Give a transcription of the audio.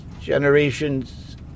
generation's